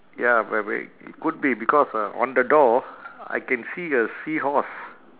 ya bu~ but it could be because uh on the door I can see a seahorse